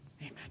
Amen